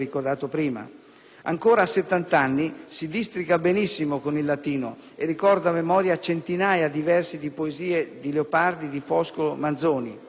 Ancora a 70 anni si districa benissimo con il latino e ricorda a memoria centinaia di versi di poesie di Leopardi, di Foscolo, di Manzoni.